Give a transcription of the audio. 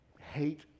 hate